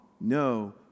no